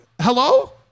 hello